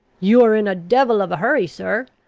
you are in a devil of a hurry, sir.